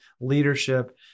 leadership